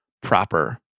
proper